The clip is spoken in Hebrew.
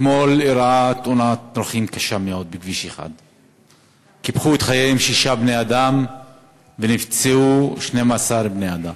אתמול אירעה תאונת דרכים קשה מאוד בכביש 1. קיפחו את חייהם שישה בני-אדם ונפצעו 12 בני-אדם.